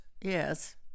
yes